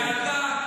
ואתה,